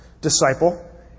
disciple